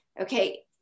Okay